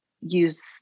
use